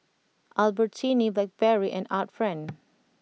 Albertini Blackberry and Art Friend